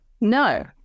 No